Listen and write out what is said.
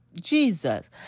Jesus